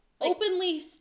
openly